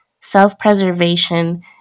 self-preservation